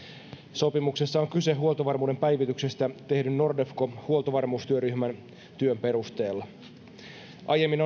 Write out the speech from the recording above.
sopimuksessa on kyse huoltovarmuuden päivityksestä tehdyn nordefco huoltovarmuustyöryhmän työn perusteella aiemmin